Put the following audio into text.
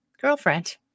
girlfriend